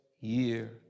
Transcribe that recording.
year